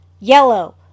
Yellow